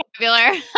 popular